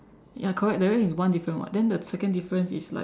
ya correct that means there is one difference [what] then the second difference is like